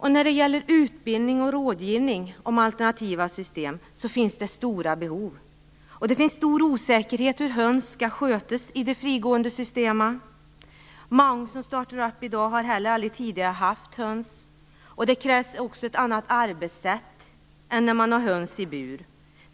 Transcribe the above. Det finns stora behov av utbildning och rådgivning om alternativa system. Det finns stor osäkerhet om hur höns skall skötas i de frigående systemen. Många som startar verksamhet i dag har tidigare inte haft höns. Det krävs också ett annat arbetssätt än när hönsen placeras i bur.